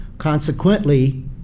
Consequently